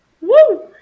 Woo